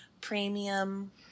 Premium